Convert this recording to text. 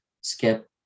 skip